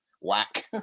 whack